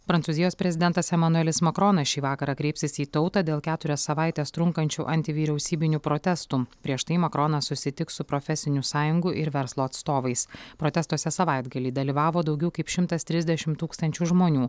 prancūzijos prezidentas emanuelis makronas šį vakarą kreipsis į tautą dėl keturias savaites trunkančių antivyriausybinių protestų prieš tai makaronas susitiks su profesinių sąjungų ir verslo atstovais protestuose savaitgalį dalyvavo daugiau kaip šimtas trisdešimt tūkstančių žmonių